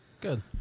Good